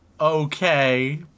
okay